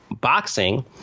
boxing